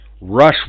rush